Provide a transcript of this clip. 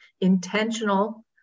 intentional